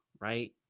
right